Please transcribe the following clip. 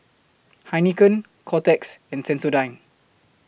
Heinekein Kotex and Sensodyne